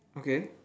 okay